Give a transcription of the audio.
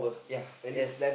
ya yes